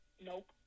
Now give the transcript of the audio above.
Nope